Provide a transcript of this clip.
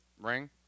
ring